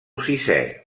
sisè